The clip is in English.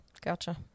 Gotcha